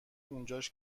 اونجاش